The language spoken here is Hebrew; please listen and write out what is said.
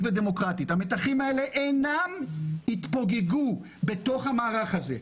המתחים האלה לא יתפוגגו בתוך המערך הזה.